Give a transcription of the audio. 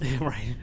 Right